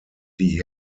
die